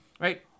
right